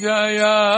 Jaya